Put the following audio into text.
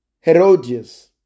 Herodias